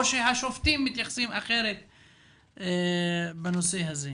או שהשופטים מתייחסים אחרת בנושא הזה?